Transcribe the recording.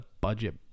budget